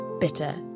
bitter